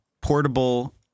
portable